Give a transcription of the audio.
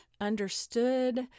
understood